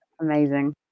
amazing